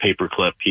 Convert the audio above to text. Paperclip